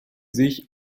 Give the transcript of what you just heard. sich